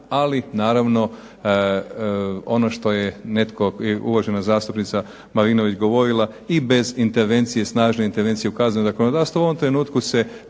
Ali naravno ono što je uvažena zastupnica Marinović govorila i bez snažne intervencije u kaznenom zakonodavstvu. U ovom trenutku se